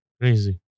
crazy